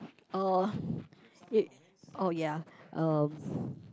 oh oh ya um